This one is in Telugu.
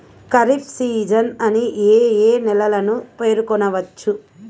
ఖరీఫ్ సీజన్ అని ఏ ఏ నెలలను పేర్కొనవచ్చు?